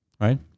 right